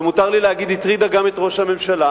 ומותר לי להגיד שהטרידה גם את ראש הממשלה,